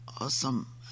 awesome